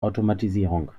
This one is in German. automatisierung